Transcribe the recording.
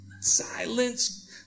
Silence